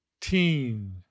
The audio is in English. teen